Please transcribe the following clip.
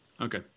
okay